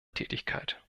tätigkeit